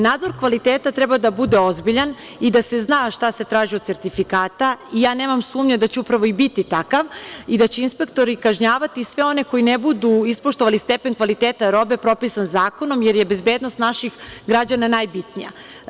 Nadzor kvaliteta treba da bude ozbiljan i da se zna šta se traži od sertifikata i ja nemam sumnje da će upravo i biti takav i da će inspektori kažnjavati sve one koji ne budu ispoštovali stepen kvaliteta robe propisan zakonom, jer je bezbednost naših građana najbitnija.